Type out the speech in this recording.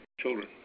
children